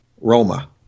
Roma